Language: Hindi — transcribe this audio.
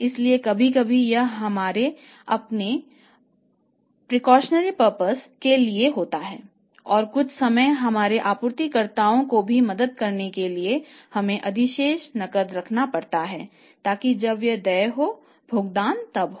इसलिए कभी कभी यह हमारे अपने एहतियाती उद्देश्य के लिए होता है और कुछ समय हमारे आपूर्तिकर्ताओं को भी मदद करने के लिए हमें अधिशेष नकद रखना पड़ता है ताकि जब यह देय हो भुगतान तब हो